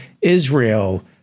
Israel